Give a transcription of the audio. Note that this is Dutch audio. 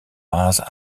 was